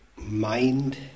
mind